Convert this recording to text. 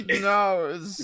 No